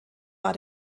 war